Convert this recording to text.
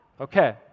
Okay